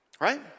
Right